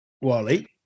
Wally